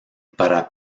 para